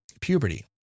puberty